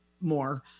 more